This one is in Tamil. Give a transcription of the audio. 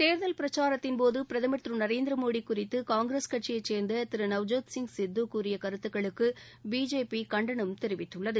தேர்தல் பிரசாரத்தின் போது பிரதமர் திரு நரேந்திரமோடி குறித்து காங்கிரஸ் கட்சியைச் சேர்ந்த திரு நவ்ஜோத்சிங் சித்து கூறிய கருத்துக்களுக்கு பிஜேபி கண்டனம் தெரிவித்துள்ளது